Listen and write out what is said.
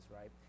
right